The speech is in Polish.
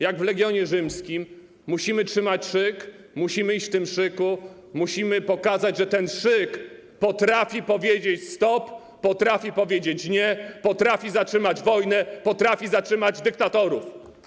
Jak w legionie rzymskim musimy trzymać szyk, musimy iść w tym szyku, musimy pokazać, że ten szyk potrafi powiedzieć: stop, potrafi powiedzieć: nie, potrafi zatrzymać wojnę, potrafi zatrzymać dyktatorów.